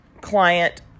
client